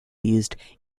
used